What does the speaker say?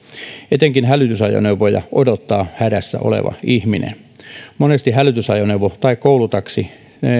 etenkin hälytysajoneuvoja odottaa hädässä oleva ihminen monesti hälytysajoneuvo tai koulutaksi